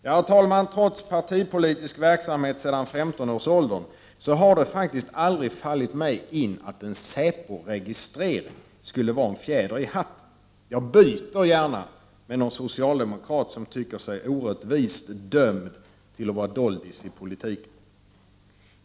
Herr talman, trots partipolitisk verksamhet sedan femtonårs ålder har det faktiskt aldrig fallit mig in att en säporegistrering skulle vara en fjäder i hatten. Jag byter gärna med någon socialdemokrat som tycker sig orättvist dömd till att vara doldis i politiken.